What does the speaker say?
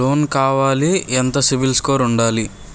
Loan కావాలి ఎంత CIBIL score ఉండాలి?